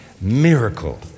miracle